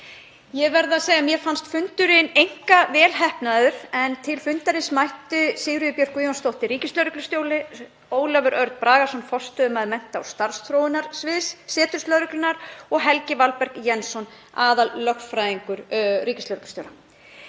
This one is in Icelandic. Ég verð að segja að mér fannst fundurinn einkar vel heppnaður en til fundarins mættu Sigríður Björk Guðjónsdóttir ríkislögreglustjóri, Ólafur Örn Bragason, forstöðumaður mennta- og starfsþróunarseturs lögreglunnar, og Helgi Valberg Jensson, aðallögfræðingur ríkislögreglustjóra.